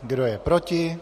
Kdo je proti?